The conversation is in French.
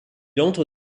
entre